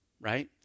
right